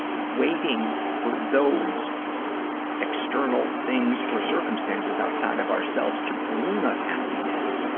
waiting for those external things or circumstances outside of ourselves to bring us happiness,